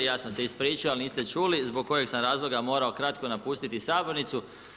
Ja sam se ispričao, ali niste čuli, zbog kojeg sam razloga morao kratko napustiti sabornicu.